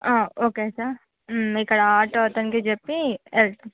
okay sir ఇక్కడ auto అతనికి చెప్పి